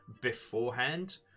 beforehand